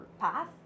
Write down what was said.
path